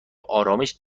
آرامش